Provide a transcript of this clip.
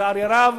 לצערי הרב,